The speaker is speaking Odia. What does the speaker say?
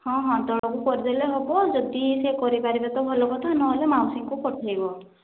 ହଁ ହଁ ତଳକୁ କରିଦେଲେ ହେବ ଯଦି ସେ କରି ପାରିବେ ତ ଭଲ କଥା ନ ହେଲେ ମାଉସୀଙ୍କୁ ପଠାଇବ